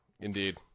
Indeed